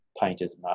Painters